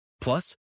Plus